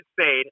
Spade